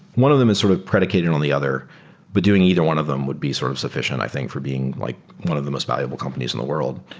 one of them is sort of predicated on the other but doing either one of them would be sort of sufficient i think for being like one of the most valuable companies in the world.